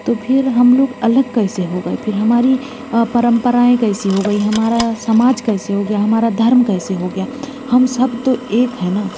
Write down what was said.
तो फिर हम लोग अलग कैसे हो गए फिर हमारी परम्पराएँ कैसी हो गई हमारा समाज कैसे हो गया हमारा धर्म कैसे हो गया हम सब तो एक है न